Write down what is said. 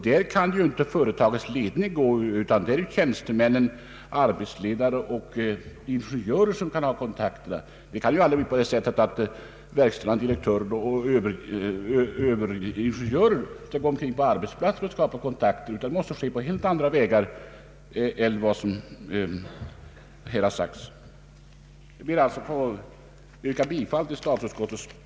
Där kan inte företagsledningen gå omkring, utan det är tjänstemän och arbetsledare som skall skapa denna kontakt. Det är helt enkelt inte möjligt för verkställande direktören och överingenjörer att gå omkring på arbetsplatsen och skapa kontakt, utan den måste skapas på annat sätt. Jag ber, herr talman ,att få yrka bifall till statsutskottets hemställan.